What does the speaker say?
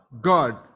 God